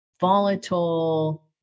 volatile